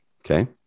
Okay